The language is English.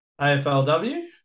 AFLW